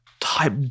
type